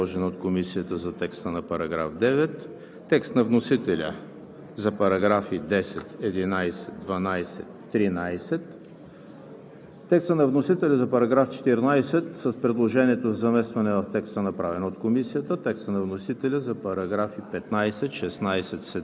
Преминаваме към гласуване на следните текстове: